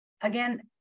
again